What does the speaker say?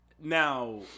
Now